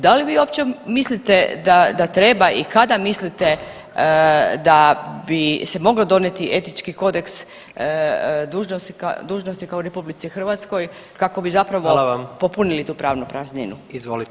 Da li vi uopće mislite da treba i kada mislite da bi se moglo donijeti etički kodeks dužnosnika u RH kako bi zapravo [[Upadica: Hvala vam.]] popunili tu pravnu prazninu.